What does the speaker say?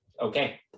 Okay